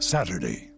Saturday